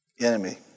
Enemy